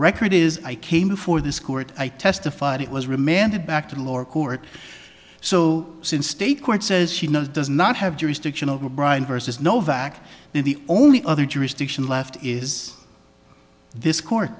record is i came before this court i testified it was remanded back to the lower court so since state court says she knows does not have jurisdiction over brian versus novak the only other jurisdiction left is this court